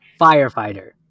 firefighter